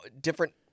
different